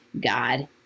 God